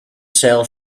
sell